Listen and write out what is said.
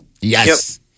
Yes